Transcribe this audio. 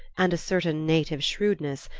and a certain native shrewdness,